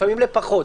לפעמים לפחות.